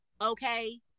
Okay